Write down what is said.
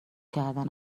کردن